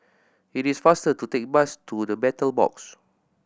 it is faster to take the bus to The Battle Box